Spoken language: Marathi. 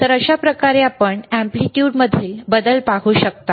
तर अशा प्रकारे आपण एम्पलीट्यूडमधील बदल पाहू शकता